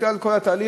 בגלל כל התהליך.